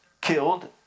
killed